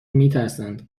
میترسند